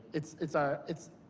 it's it's our it's